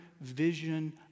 vision